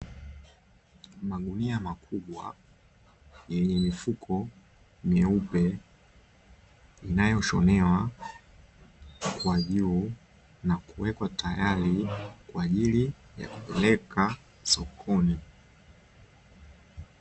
Magunia makubwa, yenye mifuko meupe inayoshonewa kwa juu na kuwekwa tayari kwa ajili ya kupeleka sokoni.